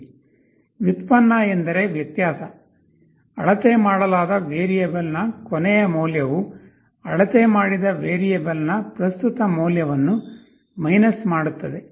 derivative ಎಂದರೆ ವ್ಯತ್ಯಾಸ ಅಳತೆ ಮಾಡಲಾದ ವೇರಿಯೇಬಲ್ನ ಕೊನೆಯ ಮೌಲ್ಯವು ಅಳತೆ ಮಾಡಿದ ವೇರಿಯೇಬಲ್ನ ಪ್ರಸ್ತುತ ಮೌಲ್ಯವನ್ನು ಮೈನಸ್ ಮಾಡುತ್ತದೆ